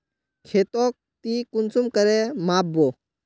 खेतोक ती कुंसम करे माप बो?